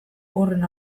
horren